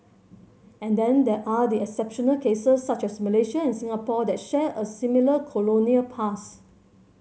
and then there are the exceptional cases such as Malaysia and Singapore that share a similar colonial past